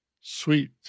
Sweet